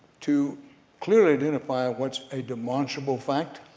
to clearly identify what's a demonstrable fact,